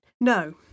no